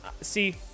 See